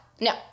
No